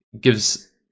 gives